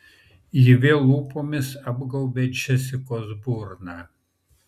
ji vėl lūpomis apgaubė džesikos burną